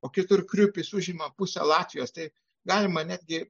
o kitur kriupis užima pusę latvijos tai galima netgi